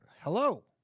Hello